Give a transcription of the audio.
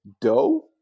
dough